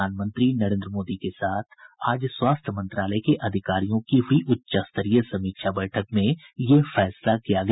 प्रधानमंत्री नरेन्द्र मोदी के साथ आज स्वास्थ्य मंत्रालय के अधिकारियों की हुई उच्च स्तरीय समीक्षा बैठक में ये फैसला किया गया